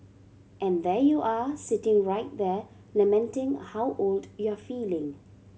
and there you are sitting right there lamenting how old you're feeling